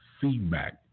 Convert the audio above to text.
feedback